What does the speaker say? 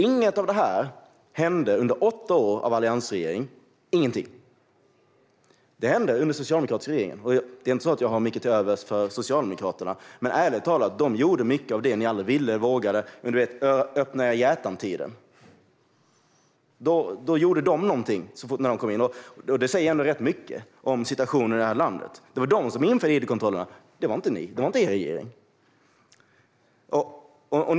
Inget av detta hände under åtta år av alliansregering - ingenting! Det hände under socialdemokratisk regering. Jag har inte mycket till övers för Socialdemokraterna, men ärligt talat gjorde de mycket av det ni aldrig ville eller vågade under er öppna-era-hjärtan-tid. De gjorde något så fort de kom in. Det säger rätt mycket om situationen i det här landet. Det var de som införde id-kontroller, inte ni eller er regering.